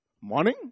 Morning